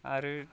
आरो